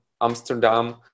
Amsterdam